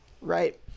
right